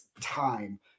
time